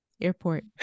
airport